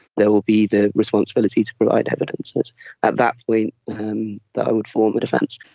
there will be the responsibility to provide evidence. it's at that point that i would form a defence.